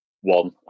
one